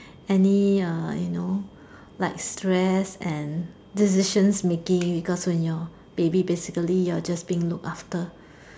any uh you know like stress and decisions making because when your baby basically you are just being looked after